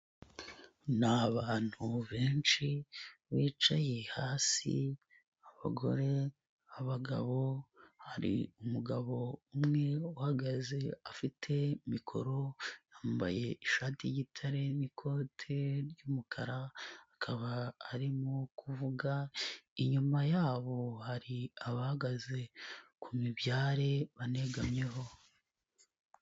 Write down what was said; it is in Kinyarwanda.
Ni abantu benshi bicaye hasi abagore, abagabo hari umugabo umwe uhagaze afite mikoro, yambaye ishati y'igitare n'ikote ry'umukara akaba arimo kuvuga, inyuma yabo hari abahagaze ku mibyare banegamyeho.